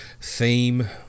theme